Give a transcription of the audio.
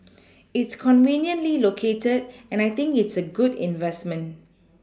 it's conveniently located and I think it's a good investment